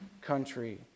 country